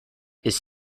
his